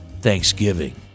Thanksgiving